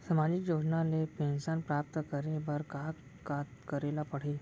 सामाजिक योजना ले पेंशन प्राप्त करे बर का का करे ल पड़ही?